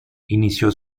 inició